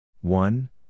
One